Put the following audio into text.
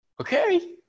okay